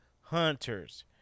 hunters